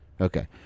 Okay